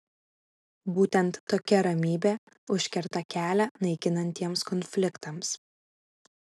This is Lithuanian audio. būtent tokia ramybė užkerta kelią naikinantiems konfliktams